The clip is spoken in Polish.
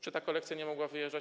Czy ta kolekcja nie mogła wyjeżdżać?